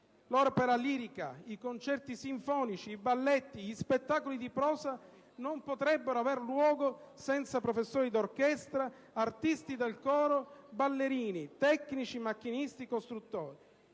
l'opera lirica, i concerti sinfonici, i balletti, gli spettacoli di prosa non potrebbero aver luogo senza professori d'orchestra, artisti del coro, ballerini, tecnici, macchinisti, costruttori